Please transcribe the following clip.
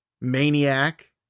Maniac